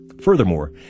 Furthermore